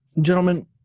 Gentlemen